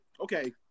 Okay